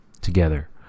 together